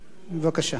בבקשה.